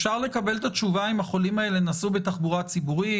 אפשר לקבל את התשובה האם החולים האלה נסעו בתחבורה ציבורית?